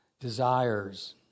desires